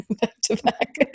back-to-back